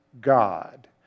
God